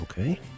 Okay